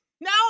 no